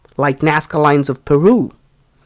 like nazca lines of peru?